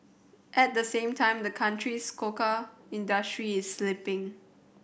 at the same time the country's cocoa industry is slipping